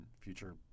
future